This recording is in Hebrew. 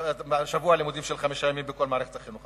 שבוע לימודים של חמישה ימים בכל מערכת החינוך,